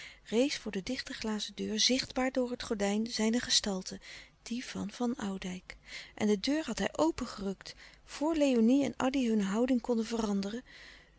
rees voor de dichte glazen deur zichtbaar door het gordijn zijne gestalte die van van oudijck en de deur had hij opengerukt voor léonie en addy hunne houding konden veranderen